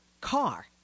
car